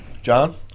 John